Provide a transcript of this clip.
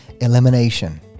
elimination